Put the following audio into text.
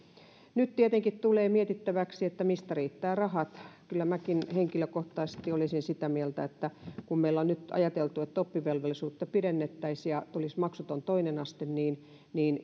nyt tietenkin tulee mietittäväksi mistä riittävät rahat kyllä minäkin henkilökohtaisesti olisin sitä mieltä että kun meillä on nyt ajateltu että oppivelvollisuutta pidennettäisiin ja tulisi maksuton toinen aste niin niin